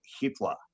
Hitler